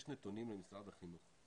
יש נתונים למשרד החינוך,